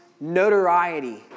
notoriety